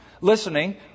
listening